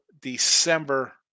December